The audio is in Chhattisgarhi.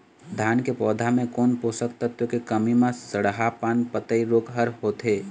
धान के पौधा मे कोन पोषक तत्व के कमी म सड़हा पान पतई रोग हर होथे?